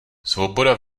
svoboda